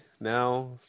now